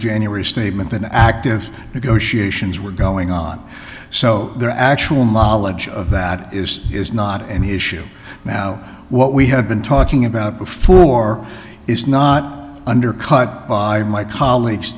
january statement than active negotiations were going on so their actual knowledge of that is not an issue now what we have been talking about before is not undercut by my colle